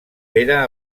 pere